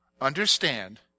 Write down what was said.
Understand